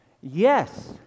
Yes